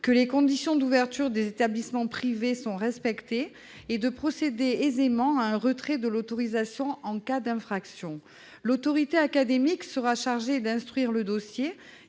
des conditions d'ouverture des établissements privés et de procéder aisément à un retrait de l'autorisation en cas d'infraction. L'autorité académique sera chargée d'instruire le dossier